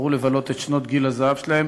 שבחרו לבלות את שנות גיל הזהב שלהם